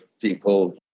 people